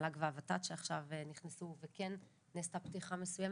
והמל"ג והות"ת שעכשיו נכנסו וכן נעשתה פתיחה מסוימת,